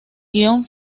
guion